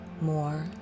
more